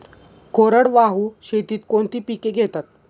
कोरडवाहू शेतीत कोणती पिके घेतात?